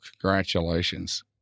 congratulations